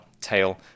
tail